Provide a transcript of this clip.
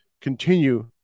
continue